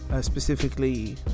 specifically